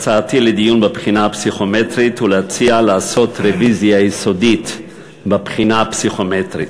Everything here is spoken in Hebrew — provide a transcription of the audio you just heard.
בבחינה הפסיכומטרית ולהציע לעשות רוויזיה יסודית בבחינה הפסיכומטרית.